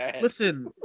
Listen